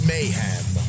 Mayhem